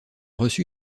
reçu